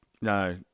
No